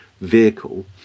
vehicle